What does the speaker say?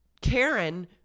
Karen